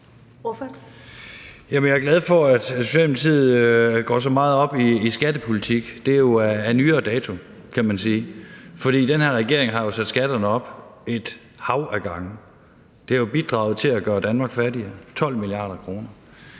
jeg er glad for, at Socialdemokratiet går så meget op i skattepolitik. Det er jo af nyere dato, kan man sige, for den her regering har jo sat skatterne op et hav af gange. Det har jo bidraget til at gøre Danmark fattigere med 12 mia. kr.